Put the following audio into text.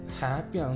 happy